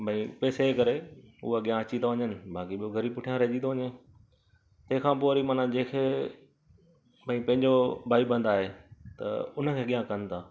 भई पैसेजे करे उहो अॻियां अचीं था वञनि बाक़ी ॿियो गरीबु पुठियां रहिजी थो वञे तंहिं खां पोइ वरी माना जंहिंखे भई पंहिंजो भाईबंद आहे त हुनखे अॻियां कनि था